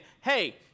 hey